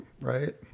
right